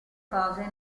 cose